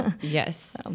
Yes